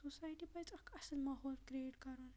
society پَزِ اَکھ اصل ماحول کرِییٚٹ کَرُن